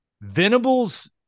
Venable's –